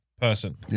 person